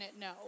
no